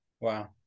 Wow